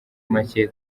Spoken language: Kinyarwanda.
make